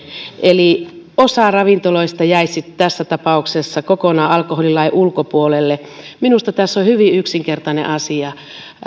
eli osa ravintoloista jäisi tässä tapauksessa kokonaan alkoholilain ulkopuolelle minusta tässä on hyvin yksinkertainen asia